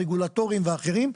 הרגולטורים ואחרים,